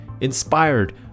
inspired